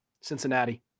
Cincinnati